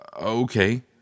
Okay